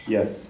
Yes